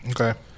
okay